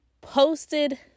posted